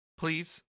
Please